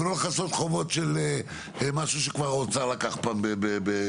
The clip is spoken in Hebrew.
ולא לכסות חובות של משהו שאוצר כבר לקח בזמנו.